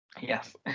Yes